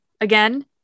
again